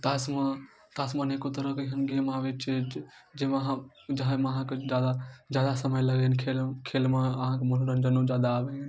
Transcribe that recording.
तासमे तासमे अनेको तरह कऽ एहन गेम आबैत छै जाहिमे अहाँ जाहिमे अहाँके जादा जादा समय लगै खेल खेलमे अहाँके मनोरञ्जनो जादा आबैए